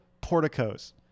porticos